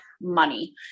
money